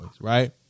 Right